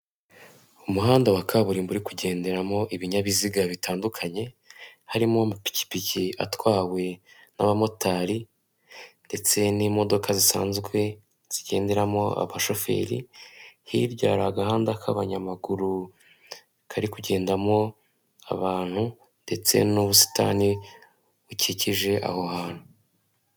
Umuhanda wa kaburimbo uri kugenderamo ibinyabiziga bitandukanye harimo amapikipiki atwawe n'abamotari ndetse n'imodoka zisanzwe zigenderamo abashoferi, hirya hari agahanda k'abanyamaguru kari kugendamo abantu ndetse n'ubusitani bukikije aho hantu.